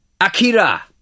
Akira